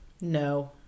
No